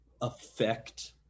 affect